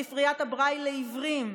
ספריית הברייל לעיוורים,